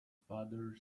father